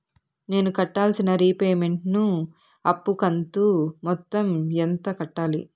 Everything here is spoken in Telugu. నేను కట్టాల్సిన రీపేమెంట్ ను అప్పు కంతు మొత్తం ఎంత కట్టాలి?